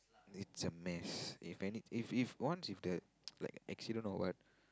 it's a mess if any if if once if a accident or what